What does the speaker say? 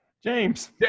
James